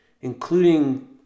including